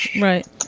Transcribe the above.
Right